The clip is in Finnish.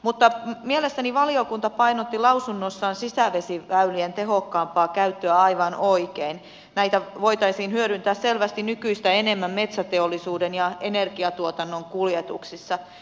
mutta mielestäni valiokunta painotti lausunnossaan sisävesiväylien tehokkaampaa käyttöä aivan oikein näitä voitaisiin hyödyntää selvästi nykyistä enemmän metsäteollisuuden ja energiatuotannon kuljetuksissa